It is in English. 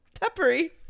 peppery